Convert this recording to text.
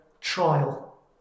trial